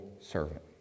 servant